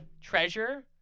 Treasure